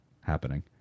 happening